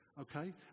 okay